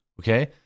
Okay